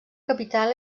capital